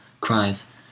cries